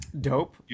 Dope